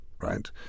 right